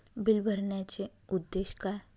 Bill भरण्याचे उद्देश काय?